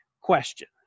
question